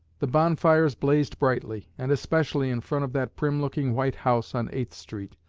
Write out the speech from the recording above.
the bonfires blazed brightly, and especially in front of that prim-looking white house on eighth street.